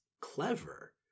clever